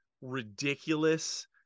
ridiculous